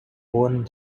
own